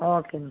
okay